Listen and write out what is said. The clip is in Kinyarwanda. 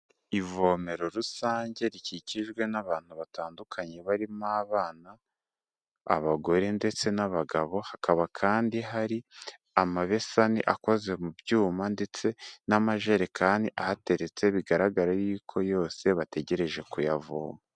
Ivomero rusange rikikijwe n'abantu batandukanye, barimo abana, abagore ndetse n'abagabo, hakaba kandi hari amabesani akoze mu byuma, ndetse n'amajerekani ahateretse bigaragara yuko yose bategereje kuyavoma.